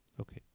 Okay